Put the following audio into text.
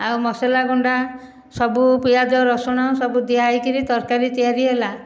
ଆଉ ମସଲାଗୁଣ୍ଡ ସବୁ ପିଆଜ ରସୁଣ ସବୁ ଦିଆ ହୋଇକିର ତରକାରି ତିଆରି ହେଲା